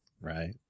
Right